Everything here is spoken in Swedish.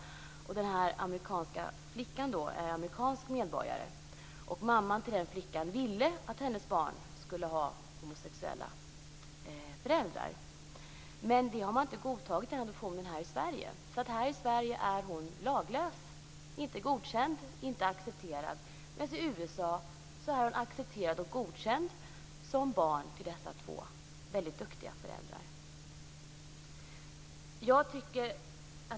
Den adopterade flickan är amerikansk medborgare. Mamman till den flickan ville att hon skulle ha homosexuella föräldrar. Men adoptionen har inte godtagits i Sverige, så här är flickan laglös, inte godkänd och inte accepterad. Men i USA är hon accepterad och godkänd som barn till dessa två väldigt duktiga föräldrar.